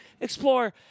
explore